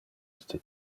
iste